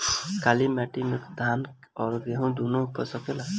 काली माटी मे धान और गेंहू दुनो उपज सकेला?